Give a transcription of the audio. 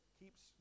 keeps